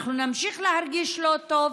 אנחנו נמשיך להרגיש לא טוב,